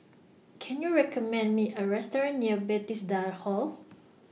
Can YOU recommend Me A Restaurant near Bethesda Hall